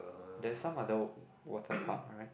there's some other water park right